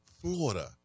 florida